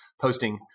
posting